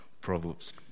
Proverbs